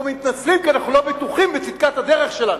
אנחנו מתנצלים כי אנחנו לא בטוחים בצדקת הדרך שלנו.